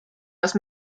los